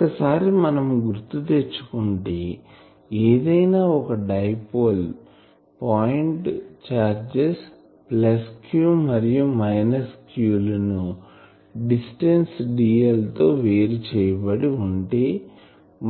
ఒక్కసారి మనం గుర్తు తెచ్చుకుంటే ఏదైనా ఒక డైపోల్ పాయింట్ చార్జెస్ q మరియు q లను డిస్టెన్స్ dl తో వేరు చేయబడి ఉంటే